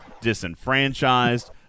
disenfranchised